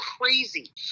crazy